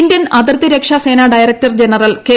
Indian അതിർത്തിരക്ഷാസേന director general K